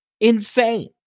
insane